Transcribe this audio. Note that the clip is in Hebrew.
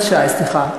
חבר הכנסת שי, סליחה.